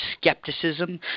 skepticism